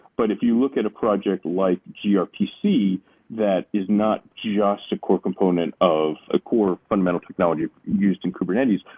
but if you look at a project like grpc that is not just a core component of a core fundamental technology used in kubernetes,